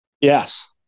Yes